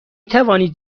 توانید